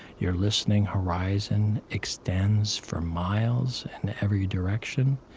your listening horizon extends for miles in every direction.